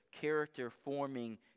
character-forming